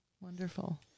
Wonderful